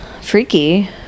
freaky